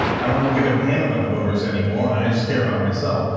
i don't give a damn about the voters anymore. i just care about myself.